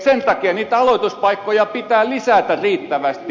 sen takia niitä aloituspaikkoja pitää lisätä riittävästi